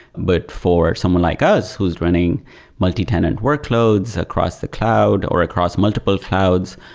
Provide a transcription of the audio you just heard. but for someone like us who's running multitenant workloads across the cloud or across multiple clouds,